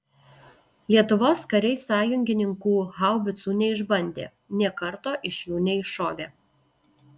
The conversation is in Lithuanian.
lietuvos kariai sąjungininkų haubicų neišbandė nė karto iš jų neiššovė